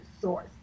source